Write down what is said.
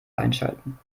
einschalten